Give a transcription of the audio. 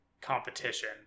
competition